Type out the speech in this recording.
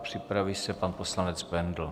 Připraví se pan poslanec Bendl.